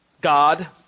God